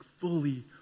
fully